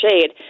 shade